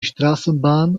straßenbahn